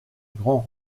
grands